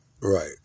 Right